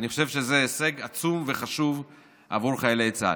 ואני חושב שזה הישג עצום וחשוב עבור חיילי צה"ל.